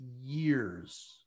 years